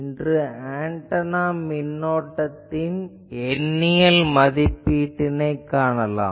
இன்று ஆன்டெனா மின்னோட்டத்தின் எண்ணியல் மதிப்பீட்டினைக் காணலாம்